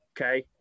Okay